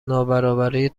نابرابری